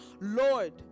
lord